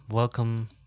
welcome